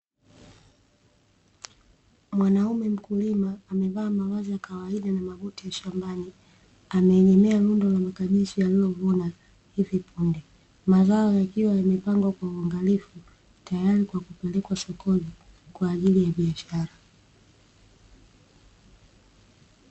Mwanaume mkulima amevaa mavazi ya kawaida na mabuti ya shambani, ameegemea rundo la makabichi aliyovuna hivi punde. Mazao yakiwa yamepangwa kwa uangalifu tayari kwa kupelekwa sokoni kwa ajili ya biashara.